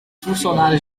funcionários